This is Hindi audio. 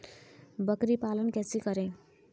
बकरी पालन कैसे करें?